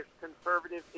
conservative